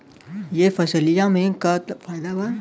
यह फसलिया में का फायदा बा?